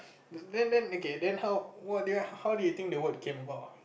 then then okay then how what did how do you think the word came about